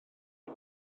byr